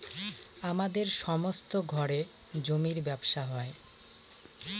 আমাদের সমস্ত ঘরে জমির ব্যবসা হয়